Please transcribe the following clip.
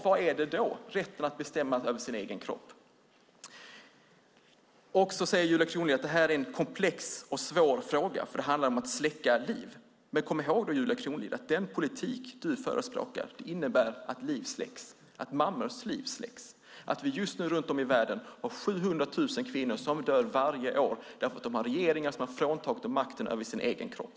Vad är rätten att bestämma över sin egen kropp då? Julia Kronlid säger också att det här är en komplex och svår fråga för det handlar om att släcka liv. Kom då ihåg, Julia Kronlid, att den politik du förespråkar innebär att liv släcks, att mammors liv släcks. Vi har runt om i världen 70 000 kvinnor som varje år dör för att de har regeringar som fråntagit dem makten över deras egen kropp.